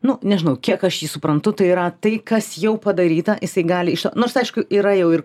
nu nežinau kiek aš jį suprantu tai yra tai kas jau padaryta jisai gali iš nors aišku yra jau ir